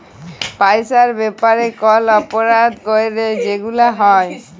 পইসার ব্যাপারে কল অপরাধ ক্যইরলে যেগুলা হ্যয়